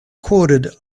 quoted